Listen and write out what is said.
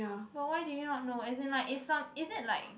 but why do you not know as in like is some is it like